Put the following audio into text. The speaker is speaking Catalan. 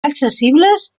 accessibles